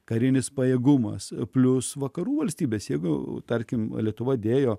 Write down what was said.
karinis pajėgumas plius vakarų valstybės jeigu tarkim lietuva dėjo